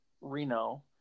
Reno